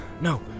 No